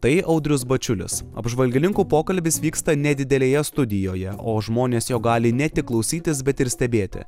tai audrius bačiulis apžvalgininkų pokalbis vyksta nedidelėje studijoje o žmonės jo gali ne tik klausytis per ir stebėti